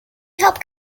helped